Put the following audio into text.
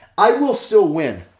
i will still win.